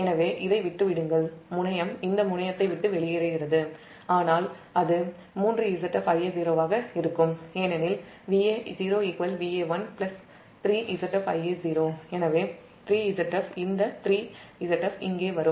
எனவே இதை விட்டு விடுங்கள் இந்த முனையத்தை விட்டு வெளியேறுகிறது ஆனால் அது 3 Zf Ia0 ஆக இருக்கும் ஏனெனில் Va0 Va1 3 Zf Ia0 எனவே 3 Zf இங்கே வரும்